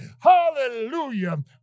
Hallelujah